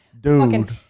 Dude